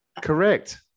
correct